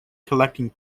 collecting